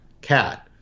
cat